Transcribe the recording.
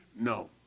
No